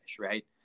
right